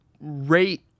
rate